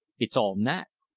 it's all knack.